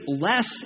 less